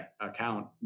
account